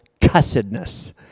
cussedness